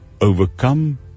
overcome